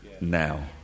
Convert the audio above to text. now